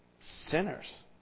sinners